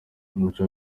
umuco